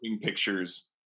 Pictures